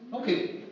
Okay